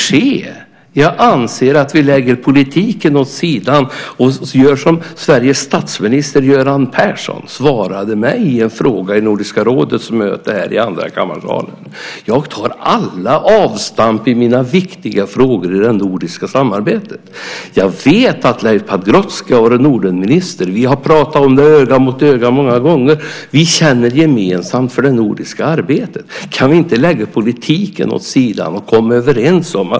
Jag anser att vi bör lägga politiken åt sidan och göra som Sveriges statsminister Göran Persson svarade mig på en fråga vid Nordiska rådets möte här i andrakammarsalen. Han sade: Jag tar alla avstamp i mina viktiga frågor i det nordiska samarbetet. Jag vet att Leif Pagrotsky har varit minister för Nordenfrågor. Vi har pratat om det öga mot öga många gånger. Vi känner gemensamt för det nordiska arbetet. Kan vi inte lägga politiken åt sidan och komma överens?